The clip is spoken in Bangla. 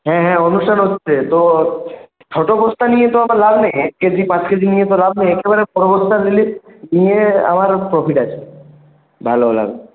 হ্যাঁ হ্যাঁ অনুষ্ঠান হচ্ছে তো ছোটো বস্তা নিয়ে তো আমার লাভ নেই এক কেজি পাঁচ কেজি নিয়ে তো লাভ নেই একবারে বড় বস্তা নিলেই নিয়ে আমার প্রফিট আছে ভালো লাভ